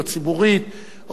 או ציבורית,